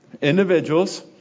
Individuals